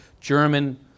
German